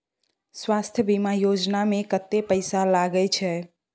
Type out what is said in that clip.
स्वास्थ बीमा योजना में कत्ते पैसा लगय छै?